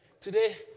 today